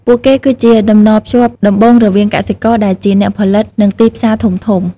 ពួកគេគឺជាតំណភ្ជាប់ដំបូងរវាង កសិករ ដែលជា អ្នកផលិត និង ទីផ្សារធំៗ។